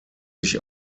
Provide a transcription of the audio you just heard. sich